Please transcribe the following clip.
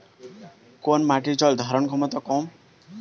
কোন মাটির জল ধারণ ক্ষমতা কম?